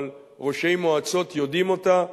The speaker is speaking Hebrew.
אבל ראשי מועצות יודעים אותה,